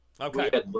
okay